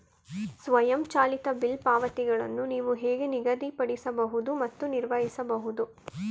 ಸ್ವಯಂಚಾಲಿತ ಬಿಲ್ ಪಾವತಿಗಳನ್ನು ನೀವು ಹೇಗೆ ನಿಗದಿಪಡಿಸಬಹುದು ಮತ್ತು ನಿರ್ವಹಿಸಬಹುದು?